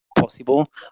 possible